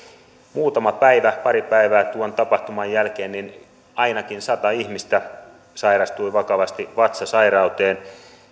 muistan kun vuonna kaksituhattaneljätoista pari päivää tuon tapahtuman jälkeen ainakin sata ihmistä sairastui vakavasti vatsasairauteen